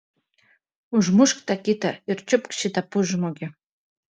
užmušk tą kitą ir čiupk šitą pusžmogį